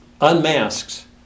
unmasks